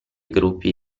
gruppi